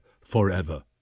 forever